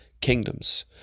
kingdoms